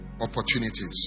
opportunities